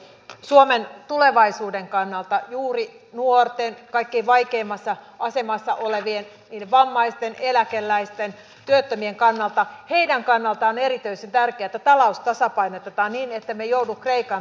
suomen tulevaisuuden kannalta juuri nuorten kaikkein vaikeimmassa asemassa olevien vammaisten eläkeläisten työttömien kannalta on erityisen tärkeää että talous tasapainotetaan niin ettemme joudu kreikan tielle